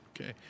Okay